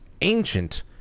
ancient